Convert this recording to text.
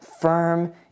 firm